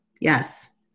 yes